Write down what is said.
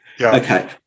Okay